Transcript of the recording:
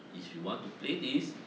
if you want to play this